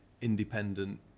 independent